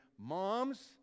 moms